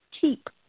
keep